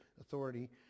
authority